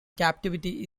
captivity